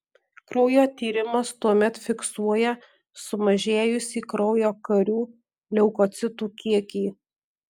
kraujo tyrimas tuomet fiksuoja sumažėjusį kraujo karių leukocitų kiekį